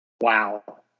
Wow